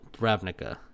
ravnica